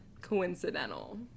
coincidental